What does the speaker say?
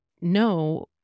no